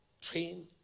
train